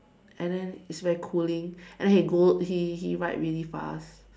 and then it's very cooling and then he go he he ride really fast